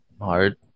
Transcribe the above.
hard